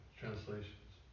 translations